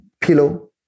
pillow